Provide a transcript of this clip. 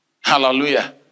Hallelujah